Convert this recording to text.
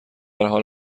حال